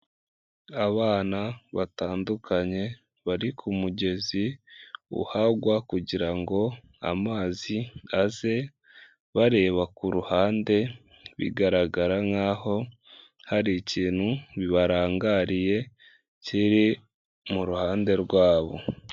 Abana batandukanye bari ku mugezi uhagwa kugira ngo amazi aze bareba ku ruhande, bigaragara nkaho hari ikintu barangariye kiri mu ruhande rwabo.